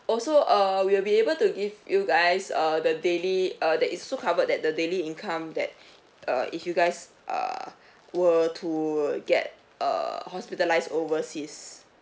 also err we'll be able to give you guys uh the daily uh that is also covered that the daily income that uh if you guys uh were to get uh hospitalised overseas